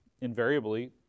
invariably